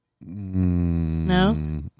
No